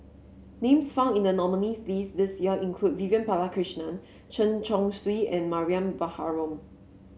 names found in the nominees' list this year include Vivian Balakrishnan Chen Chong Swee and Mariam Baharom